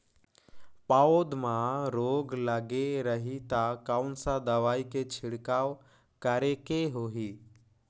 पौध मां रोग लगे रही ता कोन सा दवाई के छिड़काव करेके होही?